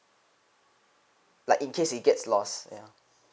like in case it gets lost yeah